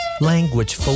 Language